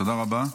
תודה רבה.